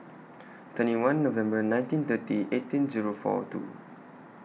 twenty one November nineteen thirty eighteen Zero four two